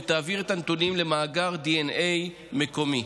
ותעביר את הנתונים למאגר דנ"א מקומי.